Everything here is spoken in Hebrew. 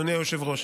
אדוני היושב-ראש,